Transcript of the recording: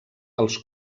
als